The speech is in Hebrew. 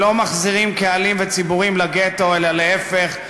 שלא מחזירים קהלים וציבורים לגטו אלא להפך,